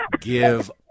give